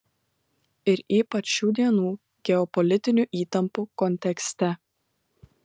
ir ypač šių dienų geopolitinių įtampų kontekste